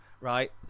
right